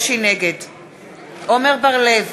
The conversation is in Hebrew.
נגד עמר בר-לב,